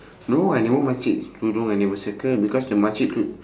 no I never makcik tudong I never circle because the makcik tu~